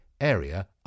area